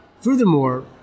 furthermore